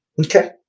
Okay